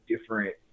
different